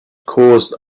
caused